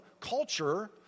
culture